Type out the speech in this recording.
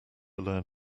learn